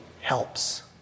helps